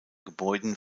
gebäuden